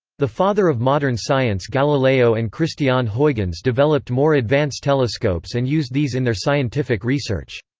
the father of modern science galileo and christiaan huygens developed more advance telescopes and used these in their scientific research.